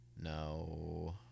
No